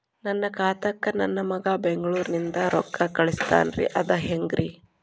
ನನ್ನ ಖಾತಾಕ್ಕ ನನ್ನ ಮಗಾ ಬೆಂಗಳೂರನಿಂದ ರೊಕ್ಕ ಕಳಸ್ತಾನ್ರಿ ಅದ ಹೆಂಗ್ರಿ?